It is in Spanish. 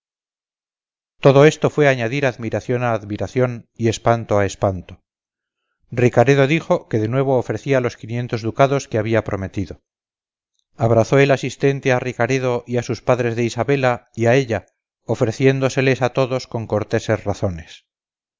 todo esto fue añadir admiración a admiración y espanto a espanto ricaredo dijo que de nuevo ofrecía los quinientos ducados que había prometido abrazó el asistente a ricaredo y a sus padres de isabela y a ella ofreciéndoseles a todos con corteses razones